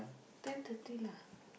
ten thirty lah